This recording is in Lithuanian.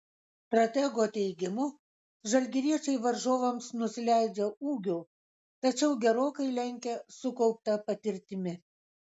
stratego teigimu žalgiriečiai varžovams nusileidžia ūgiu tačiau gerokai lenkia sukaupta patirtimi